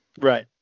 Right